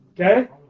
Okay